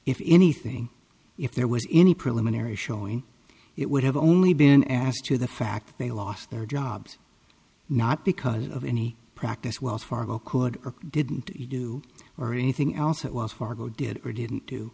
if anything if there was any preliminary showing it would have only been asked to the fact they lost their jobs not because of any practice wells fargo could or didn't do or anything else at wells fargo did or didn't do